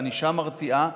בענישה מרתיעה,